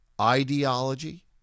ideology